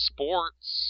Sports